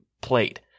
played